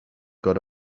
got